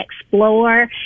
explore